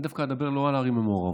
אני אדבר דווקא לא על הערים המעורבות,